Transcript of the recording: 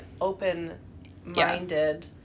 open-minded